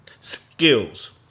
Skills